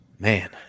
Man